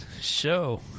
show